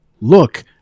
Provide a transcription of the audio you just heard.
look